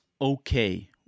okay